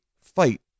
fight